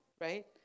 Right